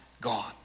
gone